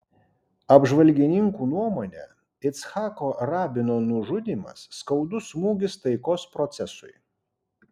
apžvalgininkų nuomone icchako rabino nužudymas skaudus smūgis taikos procesui